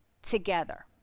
together